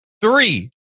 three